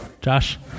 Josh